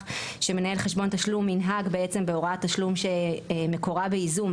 שמנהל חשבון תשלום ינהג בעצם בהוראת תשלום שמקורה בייזום,